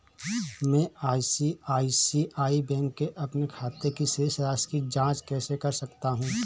मैं ICICI bank के अपने खाते की शेष राशि की जाँच कैसे कर सकता हूँ?